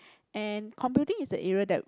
and computing is the area that